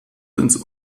ins